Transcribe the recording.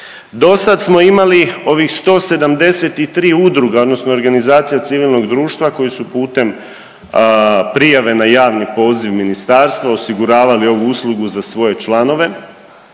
Do sad smo imali ovih 173 udruge, odnosno organizacija civilnog društva koji su putem prijave na javni poziv ministarstva osiguravali ovu uslugu za svoje članove,